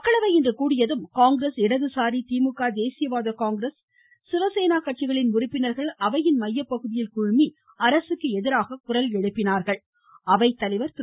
மக்களவை இன்று கூடியதும் காங்கிரஸ் இடதுசாரி திமுக தேசியவாத காங்கிரஸ் சிவசேனா கட்சிகளின் உறுப்பினர்கள் அவையின் மைய பகுதியில் குழுமி அரசுக்கு எதிராக குரல் எழுப்பினார்கள் அவை தலைவர் திரு